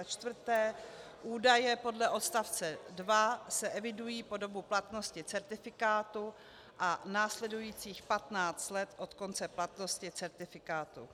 (4) Údaje podle odst. 2 se evidují po dobu platnosti certifikátu a následujících 15 let od konce platnosti certifikátu.